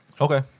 Okay